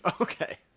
Okay